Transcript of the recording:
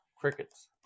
Crickets